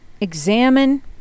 examine